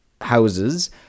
houses